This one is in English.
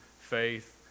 faith